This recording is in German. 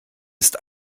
ist